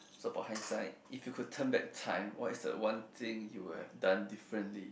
support hand sign if you could turn back time what is the one thing you would have done differently